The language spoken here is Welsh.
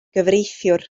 gyfreithiwr